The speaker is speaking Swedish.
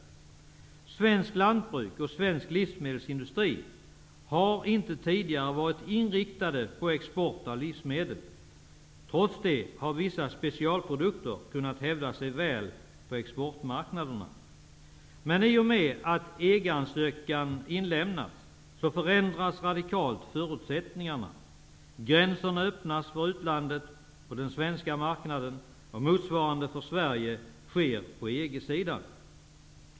Svenskt lantbruk och svensk livsmedelsindustri har inte tidigare varit inriktade på export av livsmedel. Trots det har vissa specialprodukter kunnat hävda sig väl på exportmarknaderna. Men i och med att EG-ansökan inlämnats har förutsättningarna radikalt förändrats. Gränsen öppnas mot utlandet för den svenska marknaden, och Sverige öppnas på motsvarande sätt för EG länderna.